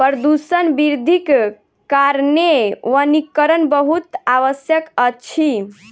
प्रदूषण वृद्धिक कारणेँ वनीकरण बहुत आवश्यक अछि